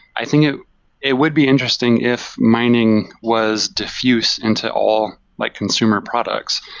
i think it would be interesting if mining was defused into all like consumer products.